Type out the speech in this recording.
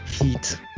heat